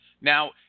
Now